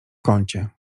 kącie